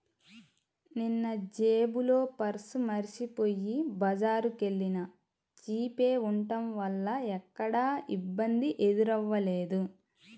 నిన్నజేబులో పర్సు మరచిపొయ్యి బజారుకెల్లినా జీపే ఉంటం వల్ల ఎక్కడా ఇబ్బంది ఎదురవ్వలేదు